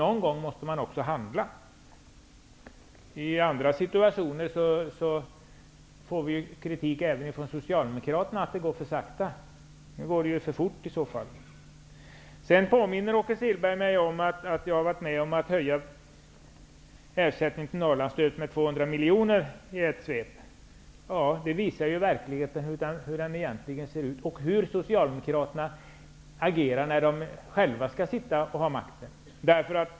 Någon gång måste man också handla. I andra situationer får vi kritik även från Socialdemokraterna för att det går för sakta. Här går det i så fall för fort. Åke Selberg påminde mig om att jag har varit med om att höja ersättningen till Norrlandsstödet med 200 miljoner i ett svep. Det visar hur verkligheten egentligen ser ut och hur Socialdemokraterna agerar när de själva sitter och har makten.